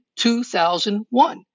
2001